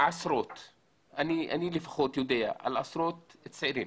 אני לפחות יודע על עשרות צעירים